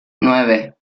nueve